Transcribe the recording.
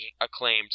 acclaimed